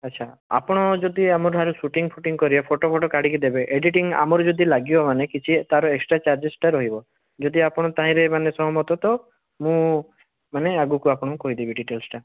ଆଚ୍ଛା ଆପଣ ଯଦି ଆମ ଠାରୁ ସୁଟିଂଫୁଟିଙ୍ଗ୍ କରିବେ ଫୋଟୋ ଫୋଟୋ କାଢ଼ିକି ଦେବେ ଏଡ଼ିଟିଂ ଆମର ଯଦି ଲାଗିବମାନେ କିଛି ତା'ର ଏକ୍ସଟ୍ରା ଚାର୍ଜେସ୍ଟା ରହିବ ଯଦି ଆପଣ ତହିଁରେ ମାନେ ସହମତ ତ ମୁଁ ମାନେ ଆଗକୁ ଆପଣଙ୍କୁ କହିଦେବି ଡ଼ିଟେଲ୍ସଟା